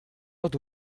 heure